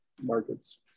markets